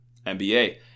NBA